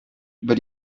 über